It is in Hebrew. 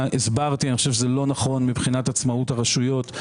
הסברתי ואמרתי שאני חושב שזה לא נכון מבחינת עצמאות הרשויות.